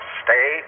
stay